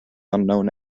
unknown